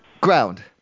Ground